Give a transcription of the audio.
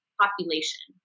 population